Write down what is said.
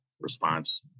response